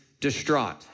distraught